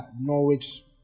Norwich